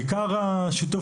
בעיקר, שיתוף